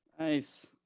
Nice